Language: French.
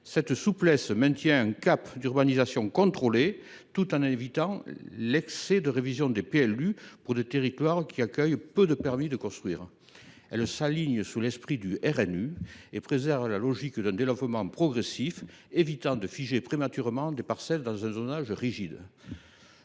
Cette souplesse maintient un cap d’urbanisation contrôlée tout en évitant des révisions successives des PLU pour des territoires qui accueillent peu de permis de construire. Elle s’aligne sur l’esprit du RNU et préserve la logique d’un développement progressif, évitant de figer prématurément des parcelles dans un zonage rigide.